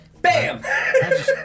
Bam